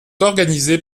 organisées